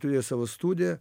turėjo savo studiją